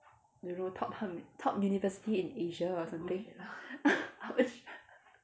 don't know top how many top university in asia or something !ouch!